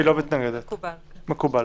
מקובל.